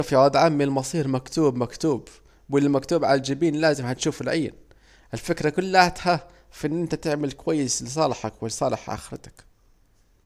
شوف يا واد عمي النصيب مكتوب مكتوب، والي مكتوب عالجبين لازم تشوفه العين، الفكرة كلاتها انك انت تعمل كويس لصالحك ولصالح آخرتك